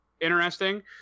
interesting